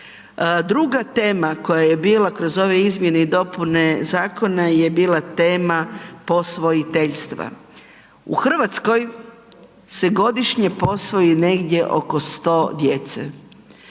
Druga tema koja je bila kroz ove izmjene i dopune zakona je bila tema posvojiteljstva. U Hrvatskoj se godišnje posvoji negdje oko 100 djece.